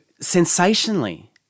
sensationally